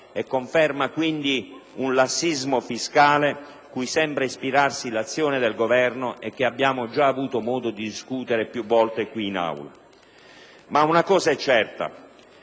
a conferma di un lassismo fiscale cui sembra ispirarsi l'azione del Governo e che abbiamo già avuto modo di discutere più volte, in quest'Aula. È certo,